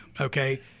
Okay